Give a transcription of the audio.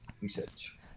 research